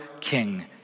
king